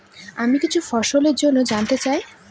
আমি কিছু ফসল জন্য জানতে চাই